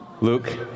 Luke